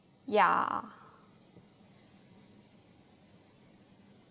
ya